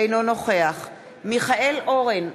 אינו נוכח מיכאל אורן,